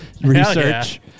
research